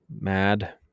mad